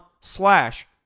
slash